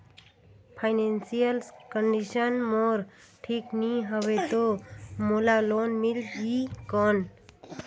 Financial condition मोर ठीक नी हवे तो मोला लोन मिल ही कौन??